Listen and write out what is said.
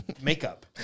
makeup